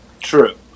True